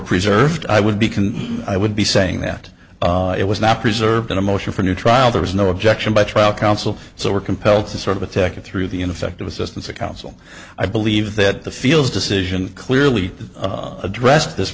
preserved i would be can i would be saying that it was not preserved in a motion for new trial there was no objection by trial counsel so were compelled to sort of attack it through the ineffective assistance of counsel i believe that the fields decision clearly addressed this